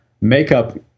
makeup